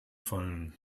fallen